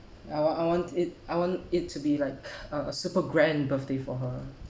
I want I want it I want it to be like uh a super grand birthday for her